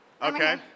Okay